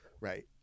right